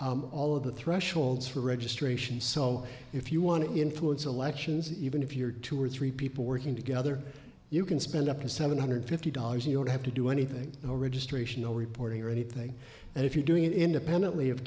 increase all the thresholds for registration so if you want to influence elections even if you're two or three people working together you can spend up to seven hundred fifty dollars you don't have to do anything no registration no reporting or anything and if you're doing an independently of